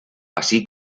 así